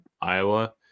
Iowa